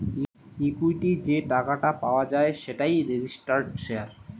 equity যে টাকাটা পাওয়া যায় সেটাই রেজিস্টার্ড শেয়ার